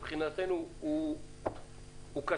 מבחינתנו הוא קשה.